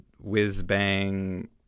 whiz-bang